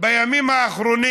בימים האחרונים